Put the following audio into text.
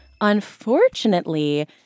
Unfortunately